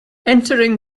entering